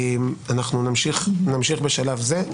אנחנו נמשיך בשלב זה.